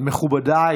מכובדיי,